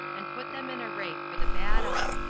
and put them in array for the battle.